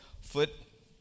foot